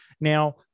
Now